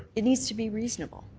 it needs to be reasonable.